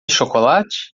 chocolate